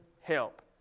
help